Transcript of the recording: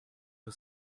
for